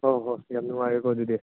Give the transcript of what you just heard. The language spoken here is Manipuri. ꯍꯣꯏ ꯍꯣꯏ ꯌꯥꯝ ꯅꯨꯡꯉꯥꯏꯔꯦꯀꯣ ꯑꯗꯨꯗꯤ